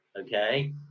Okay